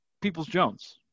Peoples-Jones